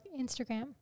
Instagram